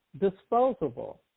disposable